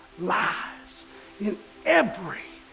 lies in every.